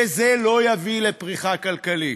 וזה לא יביא לפריחה כלכלית.